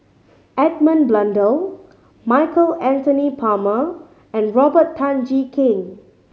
Edmund Blundell Michael Anthony Palmer and Robert Tan Jee Keng